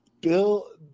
Bill